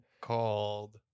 called